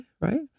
right